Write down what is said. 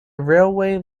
railway